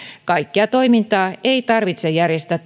kaikkea toimintaa ei kuntien tosiaankaan tarvitse järjestää